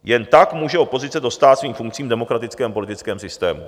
Jen tak může opozice dostát svým funkcím v demokratickém politickém systému.